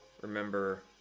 remember